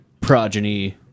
progeny